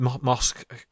Mosque